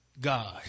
God